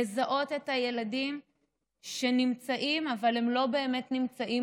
לזהות את הילדים שנמצאים אבל הם לא באמת נמצאים